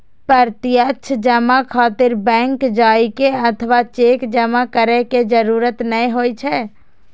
प्रत्यक्ष जमा खातिर बैंक जाइ के अथवा चेक जमा करै के जरूरत नै होइ छै